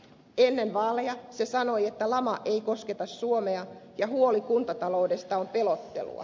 ennen vaaleja se sanoi että lama ei kosketa suomea ja huoli kuntataloudesta on pelottelua